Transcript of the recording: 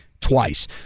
twice